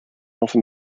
often